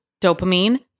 dopamine